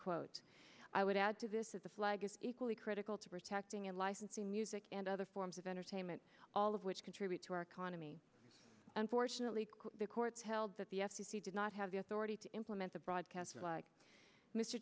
quote i would add to this of the flag is equally critical to protecting and licensing music and other forms of entertainment all of which contribute to our economy unfortunately the court held that the f c c did not have the authority to implement a broadcast like mr